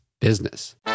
business